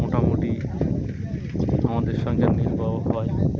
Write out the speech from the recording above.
মোটামুটি আমাদের সংসার নির্বাহ হয়